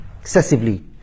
excessively